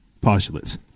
postulates